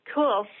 Cool